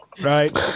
right